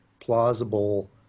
plausible